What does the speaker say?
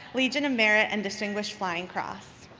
legion of merit, and distinguished flying cross.